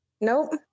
Nope